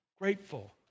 grateful